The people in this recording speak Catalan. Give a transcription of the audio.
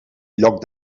lloc